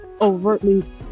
overtly